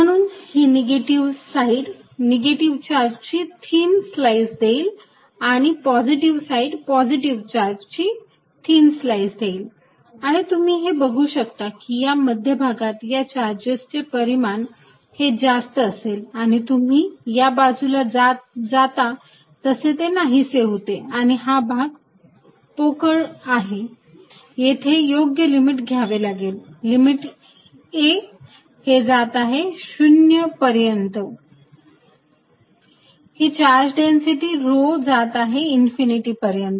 म्हणून ही negative side negative चार्जची थिन स्लाईस देईल आणि पॉझिटिव्ह साईड पॉझिटिव्ह चार्जची थिन स्लाईस देईल आणि तुम्ही हे बघू शकता की या मध्यभागात या चार्जेस चे परिमाण हे जास्त असेल आणि जसे तुम्ही या बाजूला जाता तसे ते नाहीसे होते आणि हा भाग हा पोकळ आहे येथे योग्य लिमिट घ्यावे लागेल लिमिट a हे जात आहे 0 पर्यंत आणि ही चार्ज डेन्सिटी रो जात आहे इनफिनिटी पर्यंत